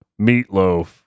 meatloaf